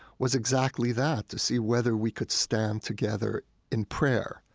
was exactly that, to see whether we could stand together in prayer,